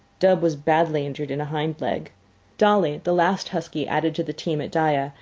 dub was badly injured in a hind leg dolly, the last husky added to the team at dyea,